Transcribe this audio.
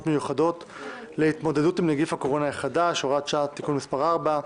מיוחדות להתמודדות עם נגיף הקורונה החדש (הוראת שעה) (תיקון מס' 4),